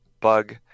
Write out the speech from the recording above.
bug